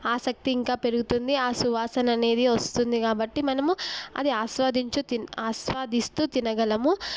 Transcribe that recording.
ఆసక్తి ఇంకా పెరుగుతుంది ఆ సువాసన అనేది వస్తుంది కాబట్టి మనము అది ఆస్వాదించు ఆస్వాదిస్తూ తినగలము